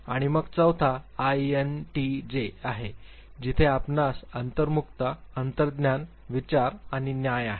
आणि मग चौथा आयएनटीजे आहे जिथे आपणास अंतर्मुखता अंतर्ज्ञान विचार आणि न्याय आहे